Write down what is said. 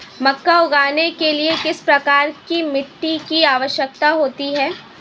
मक्का उगाने के लिए किस प्रकार की मिट्टी की आवश्यकता होती है?